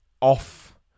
off